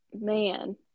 man